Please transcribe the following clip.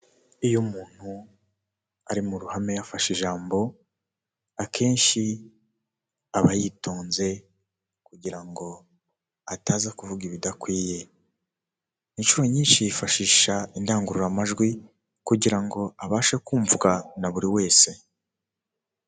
Iyo umuntu ari mu ruhame yafashe ijambo akenshi aba yitonze kugira ngo ataza kuvuga ibidakwiye inshuro nyinshi yifashisha indangururamajwi kugira ngo abashe kumvwa na buri wese.